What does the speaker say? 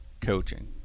coaching